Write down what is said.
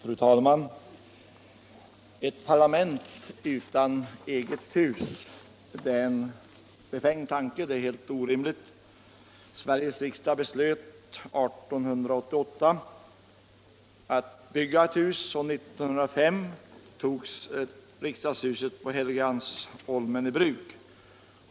Fru talman! Ett parlament utan eget hus är en befängd tanke — den är helt orimlig. Sveriges riksdag beslöt 1888 att bygga ett hus, och 1905 togs riksdagshuset på Helgeandsholmen i bruk.